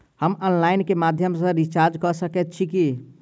हम ऑनलाइन केँ माध्यम सँ रिचार्ज कऽ सकैत छी की?